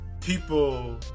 people